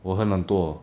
我还蛮多